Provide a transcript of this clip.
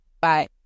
Bye